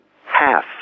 half